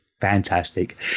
fantastic